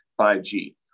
5G